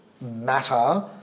matter